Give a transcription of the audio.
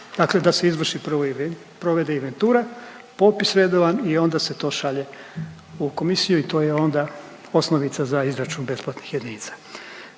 dakle da se izvrši, provede inventura, popis redovan i onda se to šalje u komisiju i to je onda osnovnica za izračun besplatnih jedinica.